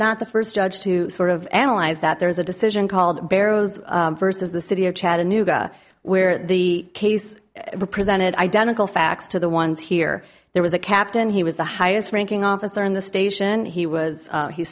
not the first judge to sort of analyze that there's a decision called barrows versus the city of chattanooga where the case presented identical facts to the ones here there was a captain he was the highest ranking officer in the station he was